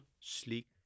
sleek